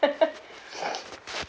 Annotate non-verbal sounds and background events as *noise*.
*laughs* *breath*